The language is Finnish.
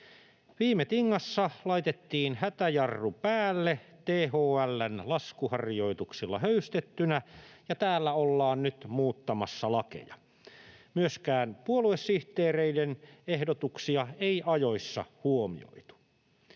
Viime tingassa laitettiin hätäjarru päälle THL:n laskuharjoituksilla höystettynä, ja täällä ollaan nyt muuttamassa lakeja. Myöskään puoluesihteereiden ehdotuksia ei ajoissa huomioitu.